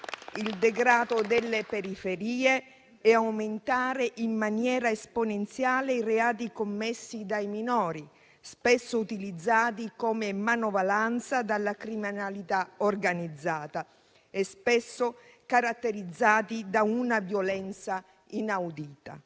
il degrado delle periferie e aumentare in maniera esponenziale i reati commessi dai minori, spesso utilizzati come manovalanza dalla criminalità organizzata e caratterizzati da una violenza inaudita.